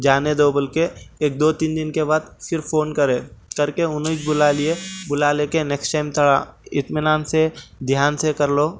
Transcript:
جانے دو بول کے ایک دو تین کے بعد پھر فون کرے کر کے انہوں اچ بلا لیے بلا لے کے نکس ٹائم تھا اطمینان سے دھیان سے کر لو